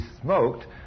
smoked